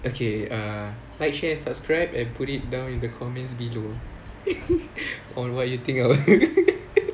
okay err like share and subscribe and put it down in the comments below on what you think our